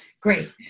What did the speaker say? great